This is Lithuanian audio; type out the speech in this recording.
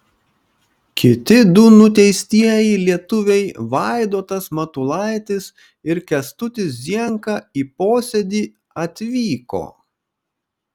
kiti du nuteistieji lietuviai vaidotas matulaitis ir kęstutis zienka į posėdį atvyko